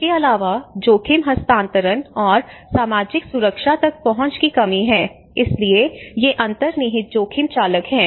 इसके अलावा जोखिम हस्तांतरण और सामाजिक सुरक्षा तक पहुंच की कमी है इसलिए ये अंतर्निहित जोखिम चालक हैं